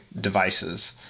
devices